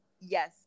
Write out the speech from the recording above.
yes